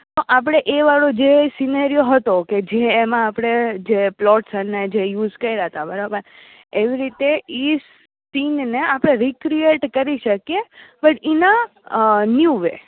તો આપણે એ વાળું જે સીનેરિયો હતો કે જેમાં આપણે જે પ્લોટસ અને જે યુસ કર્યા હતા બરોબર એવી રીતે એ સીનને આપણે રિક્રીએટ કરી શકીએ but in a new way